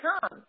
come